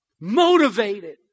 motivated